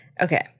Okay